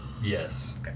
Yes